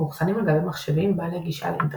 מאוחסנים על גבי מחשבים בעלי גישה לאינטרנט.